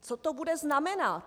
Co to bude znamenat?